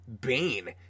Bane